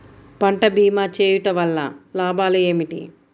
పంట భీమా చేయుటవల్ల లాభాలు ఏమిటి?